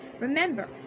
Remember